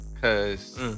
cause